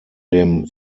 dem